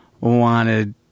wanted